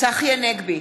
צחי הנגבי,